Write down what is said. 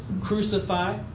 crucify